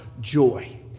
joy